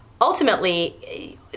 ultimately